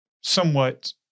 somewhat